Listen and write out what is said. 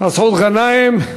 מסעוד גנאים.